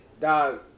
dog